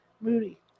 Moody